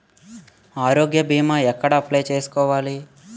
ఆరోగ్య భీమా ఎక్కడ అప్లయ్ చేసుకోవాలి?